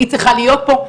היא צריכה להיות פה,